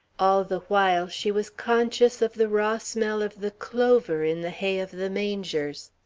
all the while, she was conscious of the raw smell of the clover in the hay of the mangers,